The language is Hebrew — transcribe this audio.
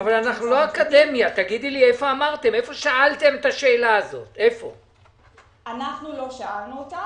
ואני אשמח אם יתקנו אותי,